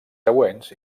següents